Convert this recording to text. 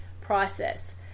process